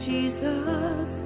Jesus